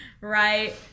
Right